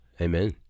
Amen